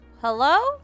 Hello